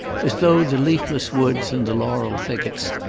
as though the leafless woods and the laurel thickets,